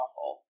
awful